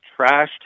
trashed